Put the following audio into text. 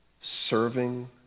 serving